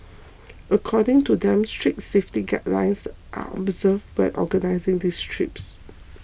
according to them strict safety guidelines are observed when organising these trips